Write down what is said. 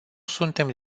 suntem